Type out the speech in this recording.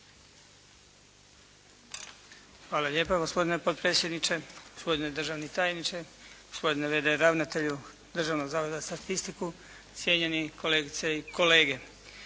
Hvala lijepa gospodine potpredsjedniče, gospodine državni tajniče, gospodine v.d. ravnatelju Državnog zavoda za statistiku, cijenjeni kolegice i kolege.